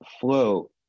float